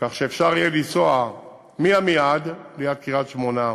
כך שאפשר יהיה לנסוע מעמיעד, ליד קריית-שמונה,